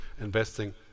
investing